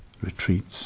retreats